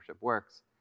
works